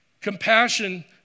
Compassion